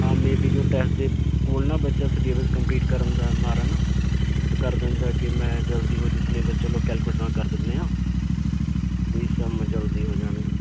ਹਾਂ ਮੇ ਬੀ ਜੋ ਟੈਸਟ ਦੇ ਕੋਲ ਨਾ ਬੱਚਾ ਸਿਲੇਬਸ ਕੰਪਲੀਟ ਕਰਨ ਦਾ ਮਾਰਾ ਨਾ ਉਹ ਕਰ ਦਿੰਦਾ ਕਿ ਮੈਂ ਜਲਦੀ ਹੋ ਜੂ ਸਿਲੇਬਸ ਚਲੋ ਕੈਲਕੂਲੇਟਰ ਨਾਲ ਕਰ ਦਿੰਦੇ ਹਾਂ ਵੀ ਸਮ ਜਲਦੀ ਹੋ ਜਾਣਗੇ